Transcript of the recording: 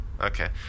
Okay